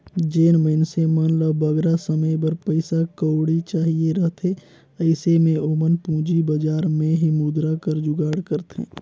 जेन मइनसे मन ल बगरा समे बर पइसा कउड़ी चाहिए रहथे अइसे में ओमन पूंजी बजार में ही मुद्रा कर जुगाड़ करथे